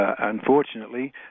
unfortunately